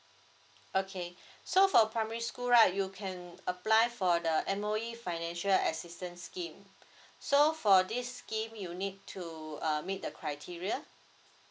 okay so for primary school right you can apply for the M_O_E financial assistance scheme so for this scheme you need to err meet the criteria